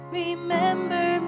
remember